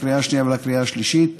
לקריאה השנייה ולקריאה השלישית.